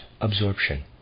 absorption